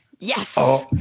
Yes